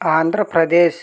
Andhra Pradesh